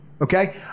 Okay